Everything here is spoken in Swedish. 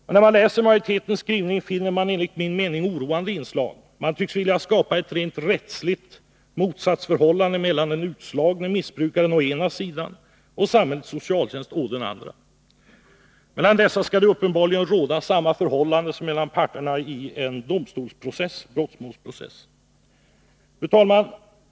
Men när man läser majoritetens skrivning finner man ett enligt min mening oroande inslag. Man tycks vilja skapa ett rent rättsligt motsatsförhållande mellan den utslagne missbrukaren å ena sidan och samhällets socialtjänst å den andra. Mellan dessa skall det uppenbarligen råda samma förhållande som mellan parterna i en brottmålsprocess. Fru talman!